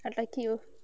I like queue